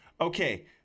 Okay